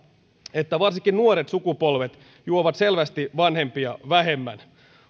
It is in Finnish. että varsinkin nuoret sukupolvet juovat selvästi vanhempia vähemmän